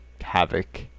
havoc